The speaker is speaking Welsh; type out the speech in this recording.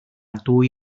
dwy